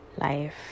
life